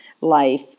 life